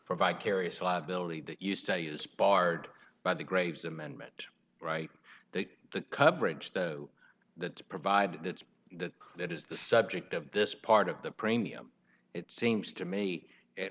for vicarious liability that you say is barred by the graves amendment right that the coverage though that provide that that that is the subject of this part of the premium it seems to me at